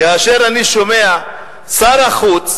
כאשר אני שומע ששר החוץ,